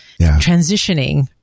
transitioning